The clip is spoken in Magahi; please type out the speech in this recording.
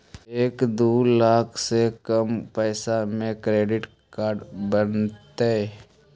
एक दू लाख से कम पैसा में क्रेडिट कार्ड बनतैय?